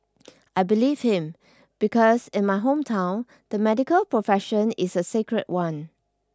I believed him because in my hometown the medical profession is a sacred one